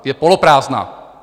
je poloprázdná.